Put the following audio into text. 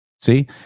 See